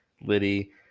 Liddy